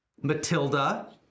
Matilda